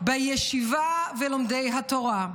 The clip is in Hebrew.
בישיבה ובלומדי התורה.